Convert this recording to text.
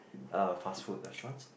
uh fast food restaurants